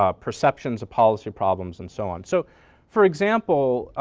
ah perceptions of policy problems and so on. so for example,